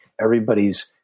Everybody's